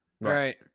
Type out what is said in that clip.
Right